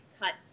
cut